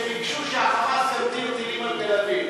שביקשו שה"חמאס" ימטיר טילים על תל-אביב.